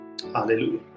Hallelujah